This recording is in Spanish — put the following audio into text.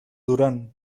durán